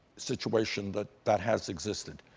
situation that that has existed,